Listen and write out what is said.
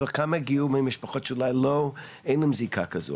וכמה הגיעו ממשפחות שאולי אין להם זיקה כזו,